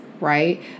right